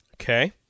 Okay